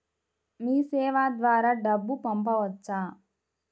మీసేవ ద్వారా డబ్బు పంపవచ్చా?